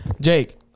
Jake